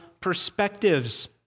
perspectives